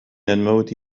الموت